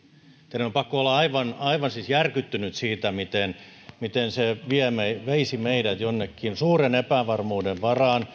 teidän on pakko olla siis aivan järkyttynyt siitä miten miten se veisi meidät jonnekin suuren epävarmuuden varaan